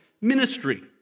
ministry